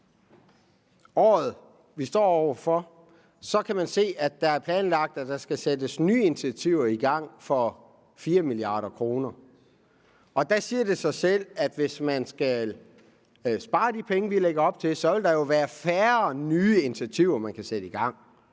kan man se, at det er planlagt, at der skal sættes nye initiativer i gang for 4 mia. kr. Der siger det sig selv, at hvis man skal spare de penge, vi lægger op til man skal, vil der jo være færre nye initiativer, man kan sætte i gang.